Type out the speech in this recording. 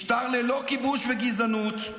משטר ללא כיבוש וגזענות,